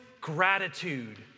gratitude